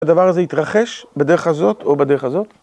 הדבר הזה יתרחש בדרך הזאת או בדרך הזאת,